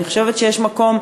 אני חושבת שיש מקום,